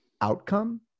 outcome